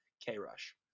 K-Rush